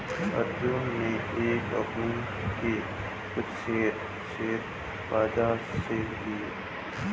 अनुज ने एक कंपनी के कुछ शेयर, शेयर बाजार से लिए